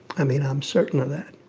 i mean, i'm certain of that